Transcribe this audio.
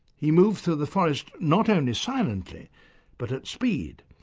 he moved through the forest not only silently but at speed,